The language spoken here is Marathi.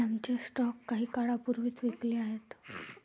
आम्ही आमचे सर्व स्टॉक काही काळापूर्वीच विकले आहेत